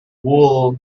wool